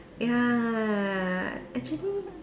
ya actually